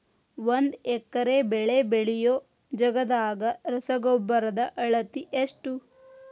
ಒಂದ್ ಎಕರೆ ಬೆಳೆ ಬೆಳಿಯೋ ಜಗದಾಗ ರಸಗೊಬ್ಬರದ ಅಳತಿ ಎಷ್ಟು?